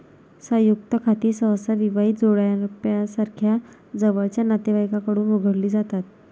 संयुक्त खाती सहसा विवाहित जोडप्यासारख्या जवळच्या नातेवाईकांकडून उघडली जातात